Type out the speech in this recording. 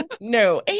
no